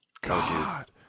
god